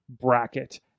bracket